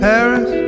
Paris